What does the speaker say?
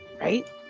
right